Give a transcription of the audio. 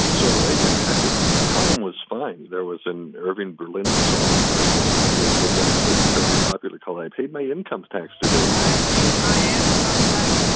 so the way they reacted at the time was fine. there was an irving berlin song that i think was was actually fairly popular called i paid my income tax today. i paid my income tax